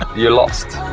you're lost